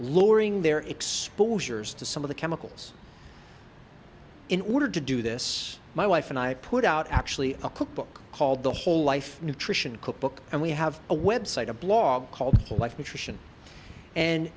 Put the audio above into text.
lowering their exposures to some of the chemicals in order to do this my wife and i put out actually a cookbook called the whole life nutrition cookbook and we have a website a blog called life nutrition and